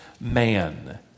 man